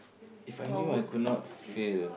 If I knew I could not fail